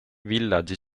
villaggi